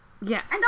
Yes